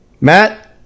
Matt